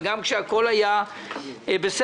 וגם כשהכול היה בסדר,